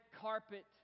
carpet